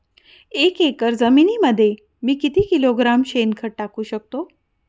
एक एकर जमिनीमध्ये मी किती किलोग्रॅम शेणखत टाकू शकतो?